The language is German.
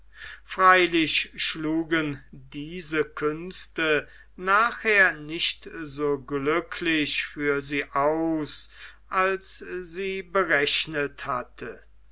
freilich schlugen diese künste nachher nicht so glücklich für sie aus als sie berechnet hatte